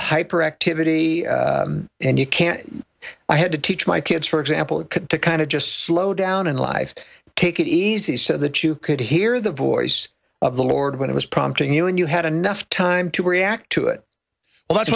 hyperactivity and you can i had to teach my kids for example it could to kind of just slow down in life take it easy so that you could hear the voice of the lord when it was prompting you and you had enough time to react to it that's